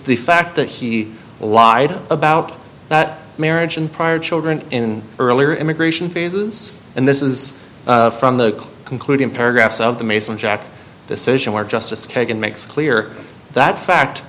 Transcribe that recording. the fact that he lied about that marriage in prior children in earlier immigration phases and this is from the concluding paragraphs of the mason jack decision where justice kagan makes clear that fact